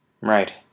Right